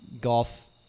golf